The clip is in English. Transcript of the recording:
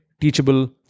teachable